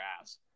ass